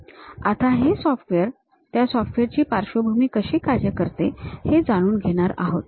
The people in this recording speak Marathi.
आता हे सॉफ्टवेअर त्या सॉफ्टवेअरची पार्श्वभूमी कशी कार्य करते हे आपण जाणून घेणार आहोत